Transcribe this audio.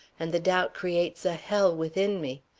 and the doubt creates a hell within me.